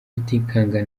rutikanga